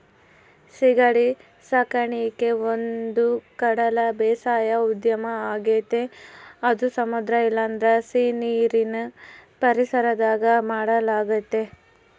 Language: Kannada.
ಸೀಗಡಿ ಸಾಕಣಿಕೆ ಒಂದುಕಡಲ ಬೇಸಾಯ ಉದ್ಯಮ ಆಗೆತೆ ಅದು ಸಮುದ್ರ ಇಲ್ಲಂದ್ರ ಸೀನೀರಿನ್ ಪರಿಸರದಾಗ ಮಾಡಲಾಗ್ತತೆ